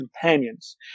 companions